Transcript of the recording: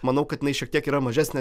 manau kad jinai šiek tiek yra mažesnė